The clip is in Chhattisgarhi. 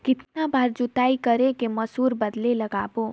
कितन बार जोताई कर के मसूर बदले लगाबो?